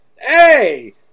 Hey